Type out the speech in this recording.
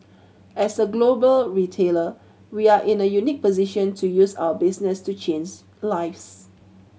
as a global retailer we are in a unique position to use our business to change lives